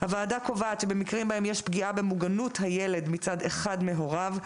הוועדה קובעת שבמקרים בהם יש פגיעה במוגנות הילד מצד אחד מהוריו,